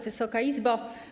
Wysoka Izbo!